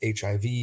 HIV